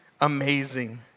amazing